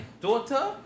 daughter